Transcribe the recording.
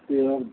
seven